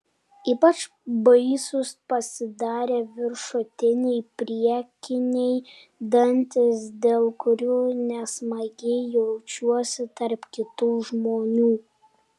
ypač baisūs pasidarė viršutiniai priekiniai dantys dėl kurių nesmagiai jaučiuosi tarp kitų žmonių